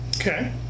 Okay